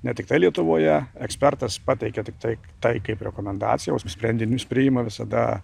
ne tiktai lietuvoje ekspertas pateikia tiktai tai kaip rekomendaciją o sprendinius priima visada